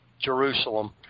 Jerusalem